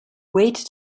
wait